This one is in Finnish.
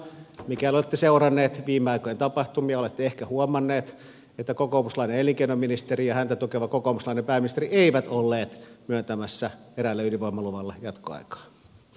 mikäli olette seurannut viime aikojen tapahtumia olette ehkä huomannut että kokoomuslainen elinkeinoministeri ja häntä tukeva kokoomuslainen pääministeri eivät olleet myöntämässä eräälle ydinvoimaluvalle jatkoaikaa